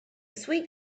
sweet